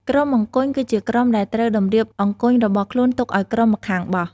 ក្រុមអង្គញ់ គឺជាក្រុមដែលត្រូវតម្រៀបអង្គញ់របស់ខ្លួនទុកឲ្យក្រុមម្ខាងបោះ ។